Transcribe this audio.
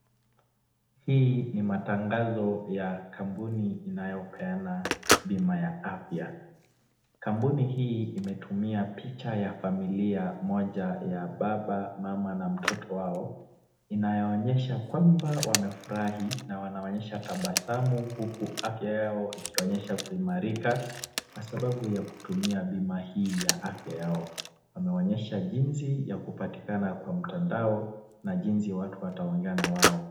Hii ni matangazo ya kampuni inayopeana bima ya afya. Kampuni hii imetumia picha ya familia moja ya baba mama na mtoto wao, inayooenyesha kwamba wamefurahi na wanaonyesha tabasamu huku afya yao ikionyesha kuimarika kwa sababu ya kutumia bima hii ya afya yao. Wameonyesha jinsi ya kupatikana kwa mtandao na jinsi ya watu wataongea na wao.